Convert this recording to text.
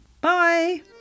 Bye